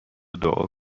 دعا